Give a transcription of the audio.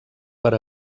per